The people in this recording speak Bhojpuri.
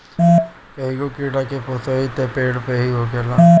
कईगो कीड़ा के पोसाई त पेड़ पे ही होखेला